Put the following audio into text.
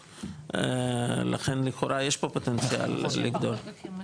לכן, לכאורה, יש פה פוטנציאל לגדול.